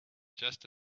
just